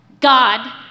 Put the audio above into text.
God